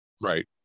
Right